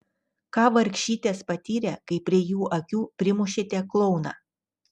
ką vargšytės patyrė kai prie jų akių primušėte klouną